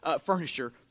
furniture